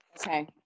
okay